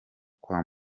kwa